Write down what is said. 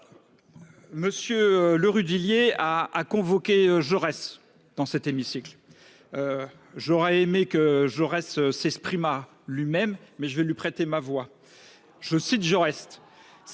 M. Le Rudulier a convoqué Jaurès dans cet hémicycle. J'aurais aimé que Jaurès s'exprimât lui-même, mais je vais lui prêter ma voix. Je le cite, dans